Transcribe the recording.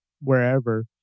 wherever